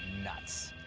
nuts.